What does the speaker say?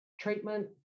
Treatment